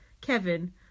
Kevin